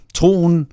troen